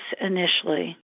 initially